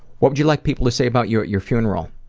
what would you like people to say about you at your funeral?